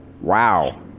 Wow